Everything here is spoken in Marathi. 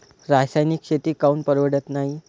रासायनिक शेती काऊन परवडत नाई?